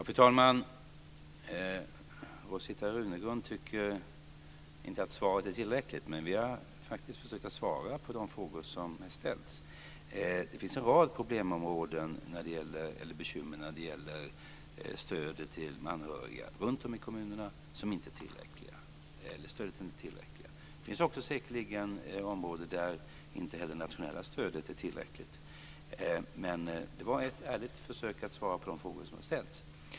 Fru talman! Rosita Runegrund tycker inte att svaret är tillräckligt. Men vi har faktiskt försökt att svara på de frågor som har ställts. Det finns en rad bekymmer i kommunerna när det gäller ett inte tillräckligt stöd till de anhöriga. Det finns säkerligen områden där inte heller det nationella stödet är tillräckligt. Men det var ett ärligt försök att svara på de frågor som har ställts.